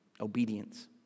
obedience